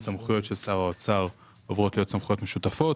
סמכויות של שר האוצר עוברות להיות סמכויות משותפות